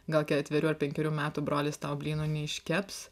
gal ketverių ar penkerių metų brolis tau blynų neiškeps